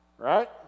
Right